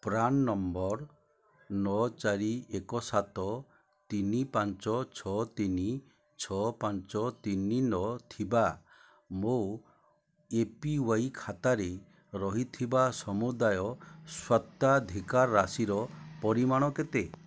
PRAN number ନଅ ଚାରି ଏକ ସାତ ତିନି ପାଞ୍ଚ ଛଅ ତିନି ଛଅ ପାଞ୍ଚ ତିନି ନଅ ଥିବା ମୋ ଏପିୱାଇ ଖାତାରେ ରହିଥିବା ସମୁଦାୟ ସ୍ୱତ୍ୱାଧିକାର ରାଶିର ପରିମାଣ କେତେ